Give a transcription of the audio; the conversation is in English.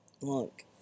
Look